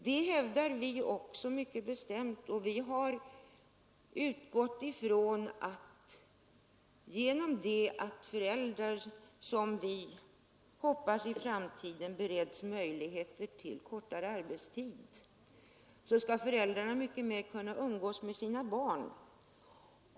Det hävdar vi också mycket bestämt. Och vi utgår ifrån att när föräldrarna, som vi hoppas, i framtiden bereds kortare arbetstid skall de också kunna umgås mycket mera med sina barn.